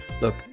look